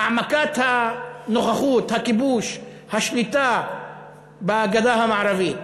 העמקת הנוכחות, הכיבוש, השליטה בגדה המערבית.